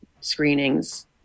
screenings